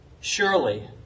surely